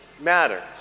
matters